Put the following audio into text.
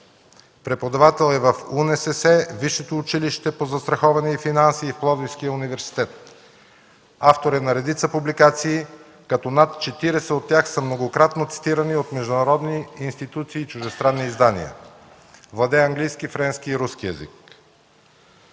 Преподавател е в УНСС, Висшето училище по застраховане и финанси и Пловдивския университет. Автор е на редица публикации, като над 40 от тях са многократно цитирани от международни институции и чуждестранни издания. Владее английски, френски и руски език.